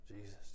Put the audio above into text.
Jesus